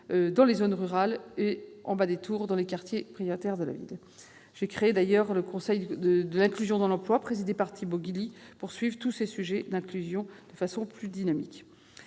dans les zones rurales et au bas des tours dans les quartiers prioritaires de la ville. J'ai d'ailleurs créé un conseil de l'inclusion dans l'emploi, présidé par Thibaut Guilluy, pour suivre de façon plus dynamique